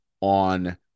on